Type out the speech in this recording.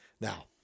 Now